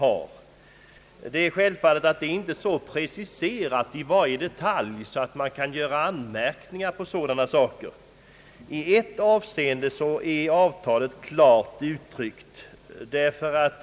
Avtalet är självfallet inte så preciserat att man med stöd av det kan göra anmärkningar i fråga om olika detaljer. I ett avseende är avtalet fullt klart.